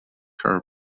her